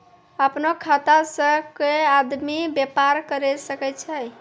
अपनो खाता से कोय आदमी बेपार करि सकै छै